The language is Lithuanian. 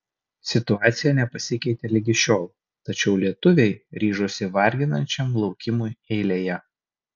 situacija nepasikeitė ligi šiol tačiau lietuviai ryžosi varginančiam laukimui eilėje